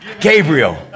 Gabriel